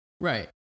Right